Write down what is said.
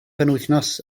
penwythnos